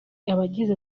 abagize